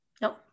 No